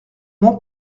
mon